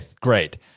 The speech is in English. great